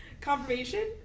confirmation